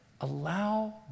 Allow